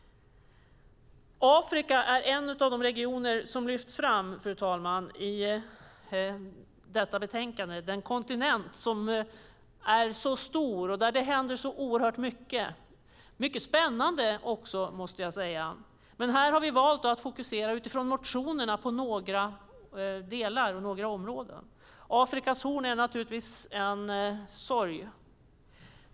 Afrika är en av de regioner som lyfts fram i betänkandet, fru talman. Det är en stor kontinent där det händer mycket, också mycket spännande. Här har vi valt att utifrån motionerna fokusera på några delar och områden. Afrikas horn är en sorg.